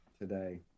today